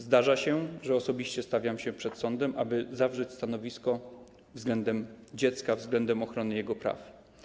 Zdarza się, że osobiście stawiam się przed sądem, aby wyrazić stanowisko względem dziecka, względem ochrony jego praw.